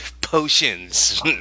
potions